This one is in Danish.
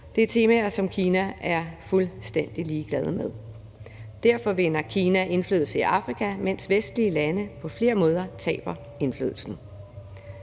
Det er temaer, som Kina er fuldstændig ligeglad med. Derfor vinder Kina indflydelse i Afrika, mens vestlige lande på flere måder taber indflydelse.